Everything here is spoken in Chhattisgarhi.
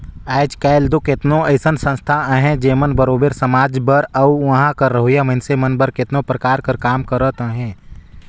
आएज काएल दो केतनो अइसन संस्था अहें जेमन बरोबेर समाज बर अउ उहां कर रहोइया मइनसे मन बर केतनो परकार कर काम करत अहें